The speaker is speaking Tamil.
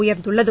உயர்ந்துள்ளது